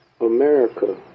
America